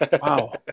Wow